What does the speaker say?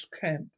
camp